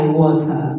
water